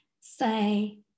say